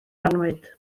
annwyd